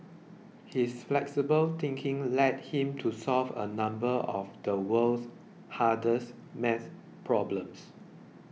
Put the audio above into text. his flexible thinking led him to solve a number of the world's hardest math problems